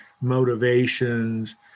motivations